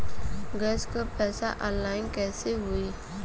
Gas क पैसा online कइसे होई?